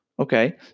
Okay